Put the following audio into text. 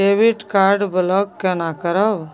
Debit card block केना करब?